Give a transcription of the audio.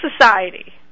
society